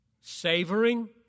Savoring